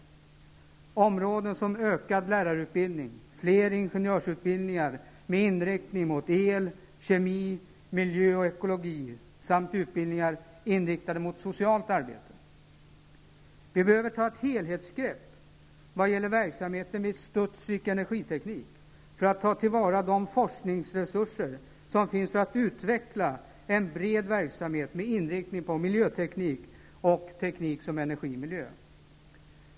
Det gäller områden som ökad lärarutbildning, fler ingenjörsutbildningar med inriktning mot el, kemi, miljö och ekologi samt utbildningar inriktade mot socialt arbete. Vi behöver ta ett helhetsgrepp när det gäller verksamheten vid Studsvik Energiteknik för att ta till vara de forskningsresurser som finns för att utveckla en bred verksamhet med inriktning på miljö miljö.